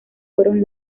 fueron